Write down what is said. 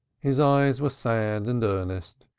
his eyes were sad and earnest,